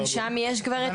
גם שם יש כבר את הפירוט.